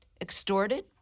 extorted